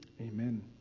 Amen